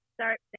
start